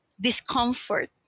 discomfort